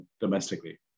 domestically